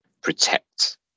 protect